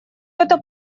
это